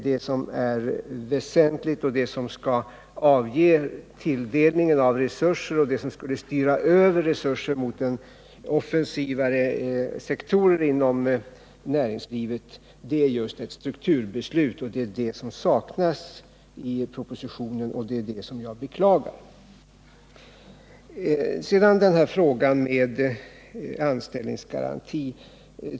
Det som är väsentligt och det som skulle ge tilldelningen av resurser och styra över resurserna till mer expansiva sektorer inom näringslivet är just ett strukturbeslut, men förslag till ett sådant saknas i propositionen. Det är detta som jag beklagar. Sedan till frågan om anställningsgarantin.